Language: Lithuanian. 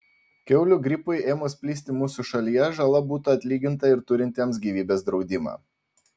kiaulių gripui ėmus plisti mūsų šalyje žala būtų atlyginta ir turintiems gyvybės draudimą